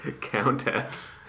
Countess